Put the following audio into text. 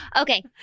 okay